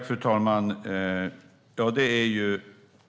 Fru talman!